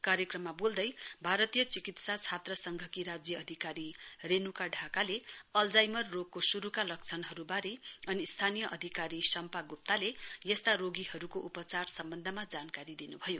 कार्यक्रममा बोल्दै भारतीय चिकित्सा छात्र संघकी राज्य अधिकारी रेण्का ढाकालले अल्जाइमर रोगको श्रूका लक्षणहरूबारे नि स्थानीय अधिकारी शाम्पा गुप्ताले यस्ता रोगीहरूको उपचार सम्वन्धमा जानकारी दिन्भयो